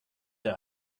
der